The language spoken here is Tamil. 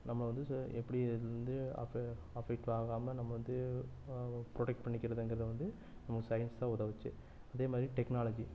நம்ம வந்து ஸோ எப்படி இதுலேந்து அஃபெ அஃபெக்ட்டாகாமல் நம்ம வந்து ப்ரொடெக்ட் பண்ணிக்கிறதுங்கிறதை வந்து நமக்கு சைன்ஸ் தான் உதவிச்சு அதே மாரி டெக்னாலஜி